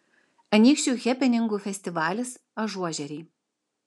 anykščių hepeningų festivalis ažuožeriai